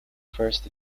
first